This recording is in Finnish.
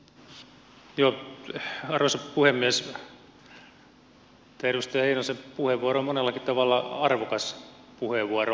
edustaja heinosen puheenvuoro on monellakin tavalla arvokas puheenvuoro